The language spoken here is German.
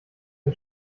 den